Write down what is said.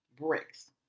bricks